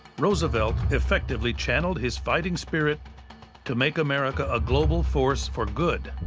roosevelt effectively channeled his fighting spirit to make america a global force for good.